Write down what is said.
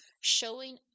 showing